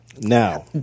Now –